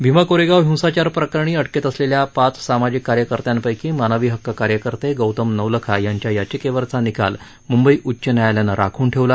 भीमा कोरेगाव हिंसाचार प्रकरणी अटकेत असलेल्या पाच सामाजिक कार्यकर्त्यांपैकी मानवी हक्क कार्यकर्ते गौतम नवलखा यांच्या याचिकेवरचा निकाल मुंबई उच्च न्यायालयानं राखून ठेवला